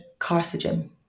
carcinogen